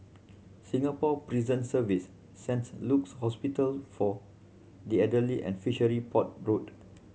Singapore Prison Service Saint Luke's Hospital for the Elderly and Fishery Port Road